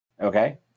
Okay